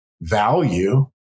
value